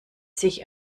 sich